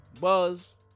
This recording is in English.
Buzz